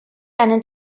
eine